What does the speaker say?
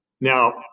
now